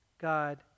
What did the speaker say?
God